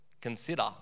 consider